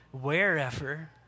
wherever